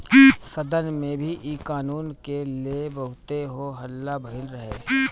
सदन में भी इ कानून के ले बहुते हो हल्ला भईल रहे